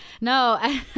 no